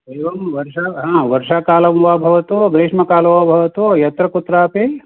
एवं वर्षा हा वर्षाकालं वा भवतु ग्रीष्मकालो वा भवतु यत्र कुत्रापि